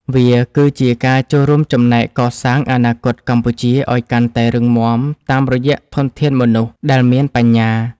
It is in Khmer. វាគឺជាការចូលរួមចំណែកកសាងអនាគតកម្ពុជាឱ្យកាន់តែរឹងមាំតាមរយៈធនធានមនុស្សដែលមានបញ្ញា។